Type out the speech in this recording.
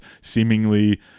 seemingly